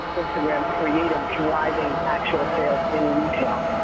instagram creative driving actual sales in detail.